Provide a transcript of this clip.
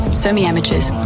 semi-amateurs